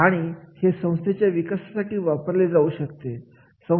आणि हे संस्थेच्या विकासासाठी वापरली जाऊ शकते